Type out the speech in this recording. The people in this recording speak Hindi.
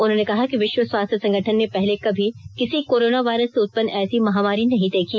उन्होंने कहा कि विश्व स्वास्थ्य संगठन ने पहले कभी किसी कोरोना वायरस से उत्पन्न ऐसी महामारी नहीं देखी